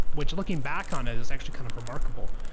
which looking back on it is actually kind of remarkable.